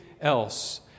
else